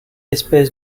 espèce